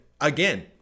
again